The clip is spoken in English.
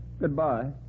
Goodbye